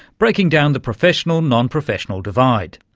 breaking down the professional non-professional divide.